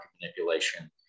manipulation